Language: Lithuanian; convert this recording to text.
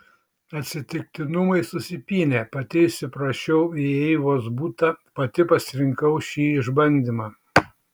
atsitiktinumai susipynė pati įsiprašiau į eivos butą pati pasirinkau šį išbandymą